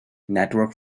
network